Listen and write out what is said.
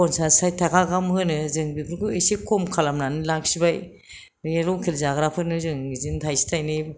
पन्सास साइथ थाखा गाहाम होनो जोङो बेफोरखौ एसे खम खालामनानै लाखिबाय बे लकेल जाग्राफोरनो जों बिदिनो थाइसे थायनै